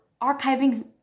archiving